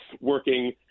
working